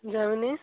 ଯାଉନି